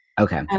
Okay